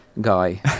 Guy